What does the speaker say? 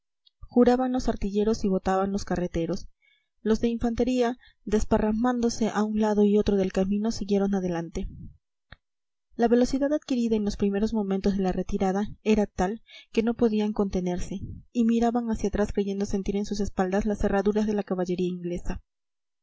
juraban los artilleros y votaban los carreteros los de infantería desparramándose a un lado y otro del camino siguieron adelante la velocidad adquirida en los primeros momentos de la retirada era tal que no podían contenerse y miraban hacia atrás creyendo sentir en sus espaldas las herraduras de la caballería inglesa